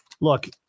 Look